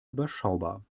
überschaubar